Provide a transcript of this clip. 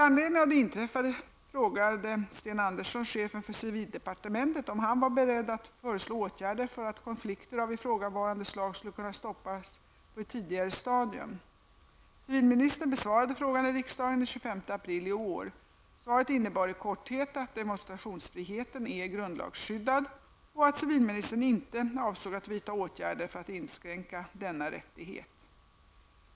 Andersson chefen för civildepartementet om han var beredd att föreslå åtgärder för att konflikter av ifråganvarande slag skulle kunna stoppas på ett tidigare stadium. Civilministern besvarade frågan i riksdagen den 23 april i år. Svaret innebar i korthet att demonstrationsfriheten är grundlagsskyddad och att civilministern inte avsåg att vidta åtgärder för att inskränka denna rättighet.